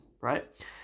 right